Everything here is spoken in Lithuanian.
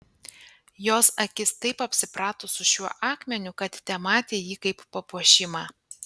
jos akis taip apsiprato su šiuo akmeniu kad tematė jį kaip papuošimą